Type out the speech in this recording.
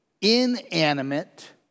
Inanimate